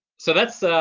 so that's